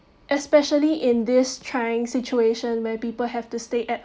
especially in this trying situation where people have to stay at